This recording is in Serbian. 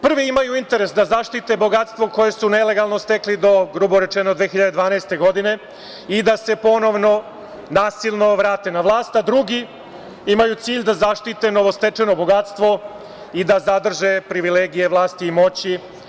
Prvi imaju interes da zaštite bogatstvo koje su nelegalno stekli do, grubo rečeno, 2012. godine i da se ponovno nasilno vrate na vlast, a drugi imaju cilj da zaštite novostečeno bogatstvo i da zadrže privilegije vlasti i moći.